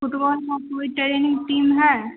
football में कोई training team है